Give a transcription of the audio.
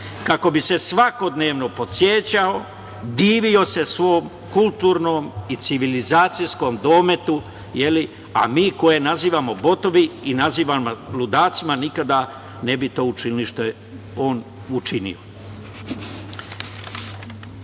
kako bi se svakodnevno podsećao, divio se svom kulturnom i civilizacijskom dometu, a mi koje nazivamo botovi i nazivani ludacima, nikada ne bi to učinili što je on